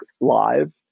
live